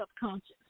subconscious